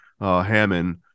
Hammond